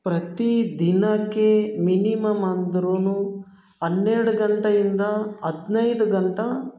ಪ್ರತಿ ದಿನಕ್ಕೆ ಮಿನಿಮಮ್ ಅಂದ್ರೂ ಹನ್ನೆರಡು ಗಂಟೆಯಿಂದ ಹದಿನೈದು ಗಂಟೆ